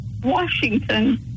Washington